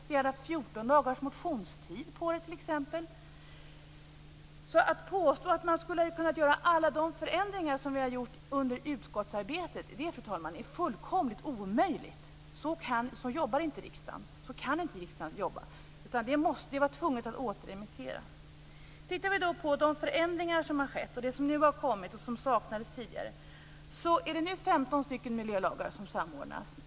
Vi skulle haft 14 dagars motionstid t.ex. Att påstå att man skulle ha kunnat göra alla de förändringar som vi nu har gjort under utskottsarbetet, fru talman, är fullkomligt omöjligt. Så arbetar inte riksdagen, och så kan inte riksdagen jobba. Man hade varit tvungen att återremittera förslaget. När det gäller de förändringar som har skett och det som nu har kommit, vilket saknades tidigare, är det 15 miljölagar som samordnas.